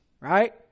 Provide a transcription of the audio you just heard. Right